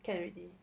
can already